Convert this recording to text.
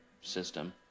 system